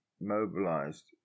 mobilized